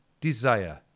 desire